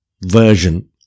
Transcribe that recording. version